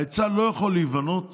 ההיצע לא יכול להיבנות